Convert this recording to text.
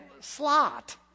slot